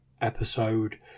episode